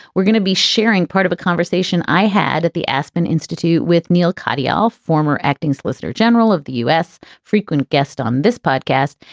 we're gonna be sharing part of a conversation i had at the aspen institute with neal katyal, former acting solicitor general of the u s, frequent guest on this podcast.